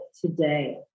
today